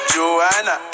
Joanna